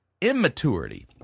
immaturity